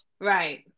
Right